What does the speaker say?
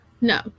No